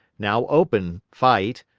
now open fight,